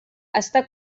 està